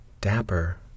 dapper